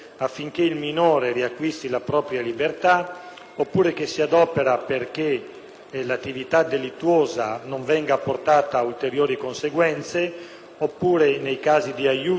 oppure si adopera perché l'attività delittuosa non venga portata ad ulteriori conseguenze e nei casi di aiuto all'autorità di polizia o all'autorità giudiziaria;